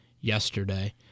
yesterday